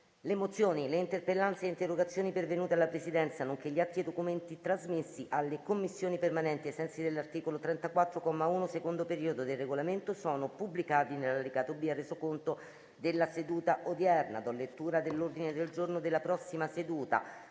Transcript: Le mozioni, le interpellanze e le interrogazioni pervenute alla Presidenza, nonché gli atti e i documenti trasmessi alle Commissioni permanenti ai sensi dell'articolo 34, comma 1, secondo periodo, del Regolamento sono pubblicati nell'allegato B al Resoconto della seduta odierna. **Ordine del giorno per la seduta